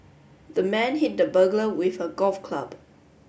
the man hit the burglar with a golf club